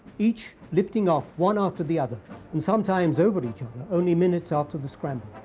each lifting off one after the other and sometimes over each of them only minutes after the scramble.